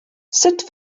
sut